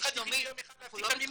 שהמשרד החליט יום אחד להפסיק את המימון.